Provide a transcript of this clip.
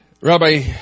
rabbi